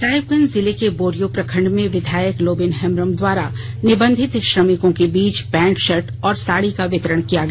साहिबगंज जिले के बोरियो प्रखंड में विधायक लोबिन हेम्ब्रम द्वारा निबंधित श्रमिकों के बीच पैंट शर्ट और साड़ी का वितरण किया गया